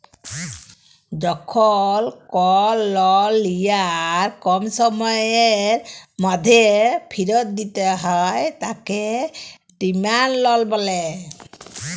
যখল কল লল লিয়ার কম সময়ের ম্যধে ফিরত দিতে হ্যয় তাকে ডিমাল্ড লল ব্যলে